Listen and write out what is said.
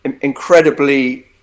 incredibly